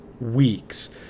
weeks